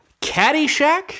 Caddyshack